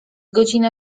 godzina